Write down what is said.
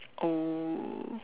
oh